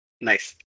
Nice